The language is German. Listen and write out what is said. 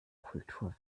kultur